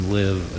live